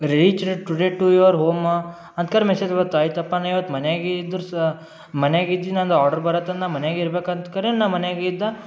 reached today to your home ಅಂತ್ಕರ್ message ಬರ್ತೆ ಆಯಿತಪ್ಪ ನಾನು ಇವತ್ತು ಮನೆಗೆ ಇದ್ದು ಸ ಮನೆಗಿದ್ ನನ್ನದು ಆರ್ಡ್ರು ಬರತ್ತಂದ್ ನಾನು ಮನೆಲೇ ಇರ್ಬೇಕಂತ ಕರೆ ನಾನು ಮನೆಲೇ ಇದ್ದೆ